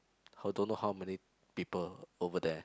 how don't know how many people over there